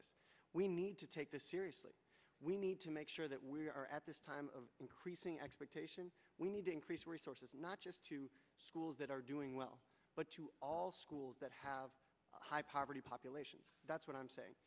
this we need to take this seriously we need to make sure that we are at this time of increasing expectation we need to increase resources not just to schools that are doing well but you all schools that have high poverty populations that's what i'm saying